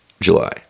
July